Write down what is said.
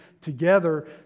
together